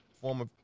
former